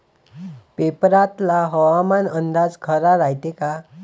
पेपरातला हवामान अंदाज खरा रायते का?